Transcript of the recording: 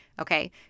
Okay